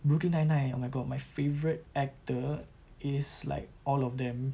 brooklyn nine nine oh my god my favourite actor is like all of them